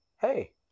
Hey